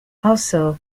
also